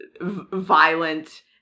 violent